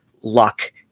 luck